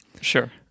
Sure